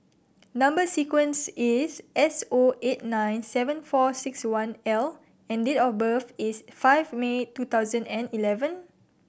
number sequence is S O eight nine seven four six one L and date of birth is five May two thousand and eleven